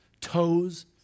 toes